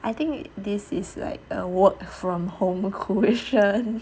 I think this is like a work from home cushion